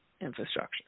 infrastructure